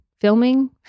filming